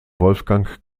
wolfgang